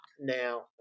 now